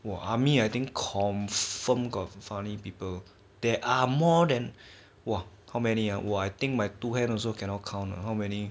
!wah! army I think confirm got funny people there are more than !wah! how many ah !wah! I think my two hands or cannot count how many